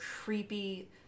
creepy